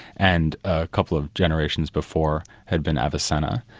and a couple of generations before had been avicenna.